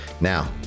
Now